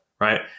right